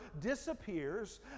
disappears